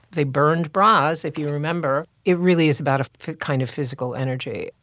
they burned bras. if you remember, it really is about a kind of physical energy.